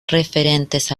referentes